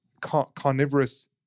carnivorous